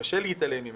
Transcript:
שקשה להתעלם ממנה,